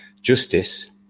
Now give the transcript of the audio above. Justice